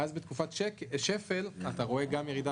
ואז בתקופת שפל אתה רואה גם ירידה